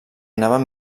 anaven